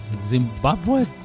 Zimbabwe